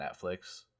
Netflix